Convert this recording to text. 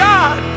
God